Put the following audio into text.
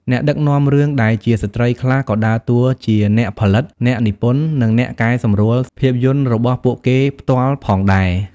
អ្នកដឹកនាំរឿងដែលជាស្ត្រីខ្លះក៏ដើរតួជាអ្នកផលិត អ្នកនិពន្ធ និងអ្នកកែសម្រួលភាពយន្តរបស់ពួកគេផ្ទាល់ផងដែរ។